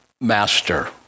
master